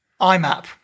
IMAP